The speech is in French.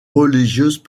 religieuse